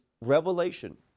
revelation